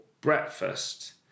breakfast